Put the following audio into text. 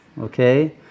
Okay